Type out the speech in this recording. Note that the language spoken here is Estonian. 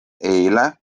eile